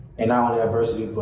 and not only adversity,